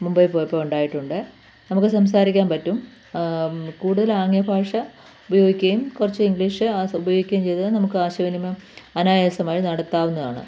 മുംബൈ പോയപ്പോൾ ഉണ്ടായിട്ടുണ്ട് നമുക്ക് സംസാരിക്കാൻ പറ്റും കൂടുതൽ ആംഗ്യ ഭാഷ ഉപയോഗിക്കുകയും കുറച്ച് ഇംഗ്ലീഷ് ഉപയോഗിക്കുകയും ചെയ്താൽ നമുക്ക് ആശയവിനിമയം അനായാസമായി നടത്താവുന്നതാണ്